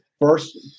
First